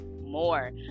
more